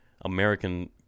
American